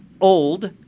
old